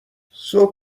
صبح